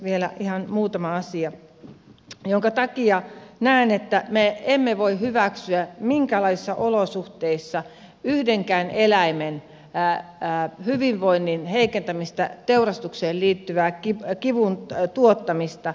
vielä ihan muutama asia joiden takia näen että me emme voi hyväksyä minkäänlaisissa olosuhteissa yhdenkään eläimen hyvinvoinnin heikentämistä teurastukseen liittyvää kivun tuottamista